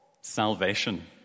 salvation